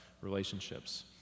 relationships